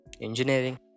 engineering